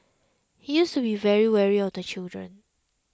he used to be very wary of the children